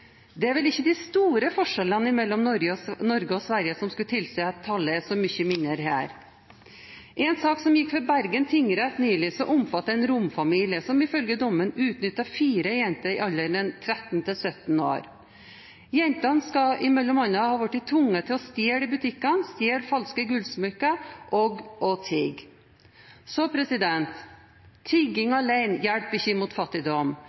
Det er vel ikke så store forskjellene mellom Norge og Sverige at det skulle tilsi at tallet er så mye mindre her. En sak som gikk for Bergen tingrett nylig, omfatter en romfamilie som ifølge dommen utnyttet fire jenter i alderen 13–17 år. Jentene skal bl.a. ha blitt tvunget til å stjele i butikker, stjele falske gullsmykker, og tigge. Tigging alene hjelper ikke mot fattigdom,